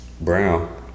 Brown